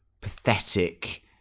pathetic